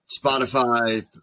Spotify